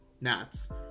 nats